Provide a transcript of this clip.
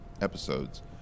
episodes